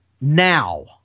now